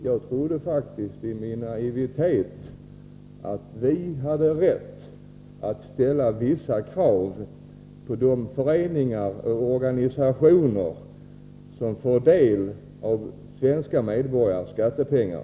Jag trodde faktiskt i min naivitet att vi hade rätt att ställa vissa krav på de föreningar och organisationer som får del av svenska medborgares skatte pengar.